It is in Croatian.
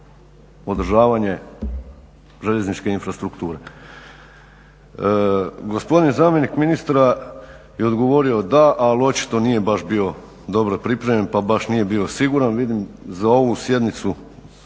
održavanje željezničke infrastrukture? Gospodin zamjenik ministra je odgovorio, da, ali očito nije baš bio dobro pripremljen pa baš nije bio siguran. Vidim za ovu sjednicu